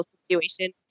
situation